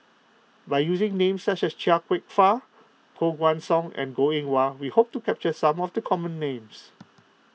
by using names such as Chia Kwek Fah Koh Guan Song and Goh Eng Wah we hope to capture some of the common names